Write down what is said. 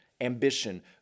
ambition